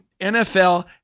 NFL